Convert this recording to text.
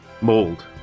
Mold